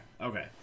okay